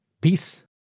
Peace